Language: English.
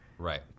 Right